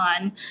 on